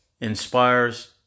inspires